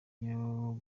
ayo